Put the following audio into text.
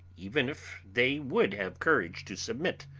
even if they would have courage to submit.